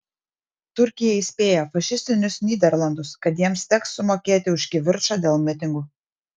turkija įspėja fašistinius nyderlandus kad jiems teks sumokėti už kivirčą dėl mitingų